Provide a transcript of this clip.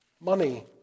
Money